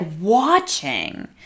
watching